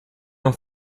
não